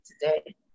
today